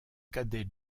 cadet